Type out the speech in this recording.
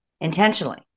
Intentionally